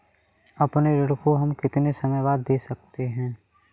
अपने ऋण को हम कितने समय बाद दे सकते हैं?